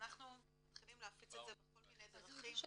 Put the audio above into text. -- אנחנו מתחילים להפיץ את זה בכל מיני דרכים,